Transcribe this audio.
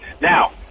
Now